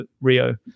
Rio